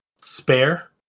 spare